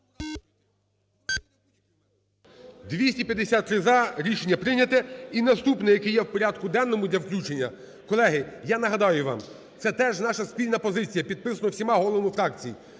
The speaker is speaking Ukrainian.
За-253 Рішення прийнято. І наступне, яке є в порядку денному для включення. Колеги, я нагадаю вам, це теж наша спільна позиція, підписана всіма головами фракцій.